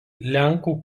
lenkų